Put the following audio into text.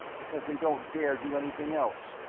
because they don't dare do anything else,